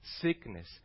sickness